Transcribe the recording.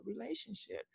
relationship